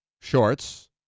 shorts